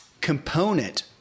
component